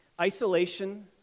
Isolation